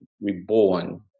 reborn